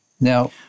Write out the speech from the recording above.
Now